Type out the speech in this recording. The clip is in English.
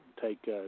take